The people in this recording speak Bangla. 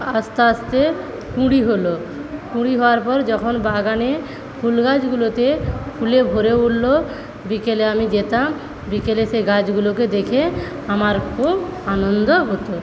আস্তে আস্তে কুঁড়ি হল কুঁড়ি হওয়ার পর যখন বাগানে ফুল গাছগুলোতে ফুলে ভরে উঠল বিকেলে আমি যেতাম বিকেলে সে গাছগুলোকে দেখে আমার খুব আনন্দ হত